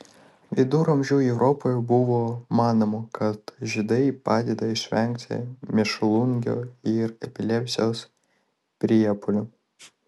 viduramžių europoje buvo manoma kad žiedai padeda išvengti mėšlungio ir epilepsijos priepuolių